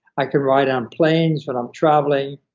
i can write on planes when i'm traveling.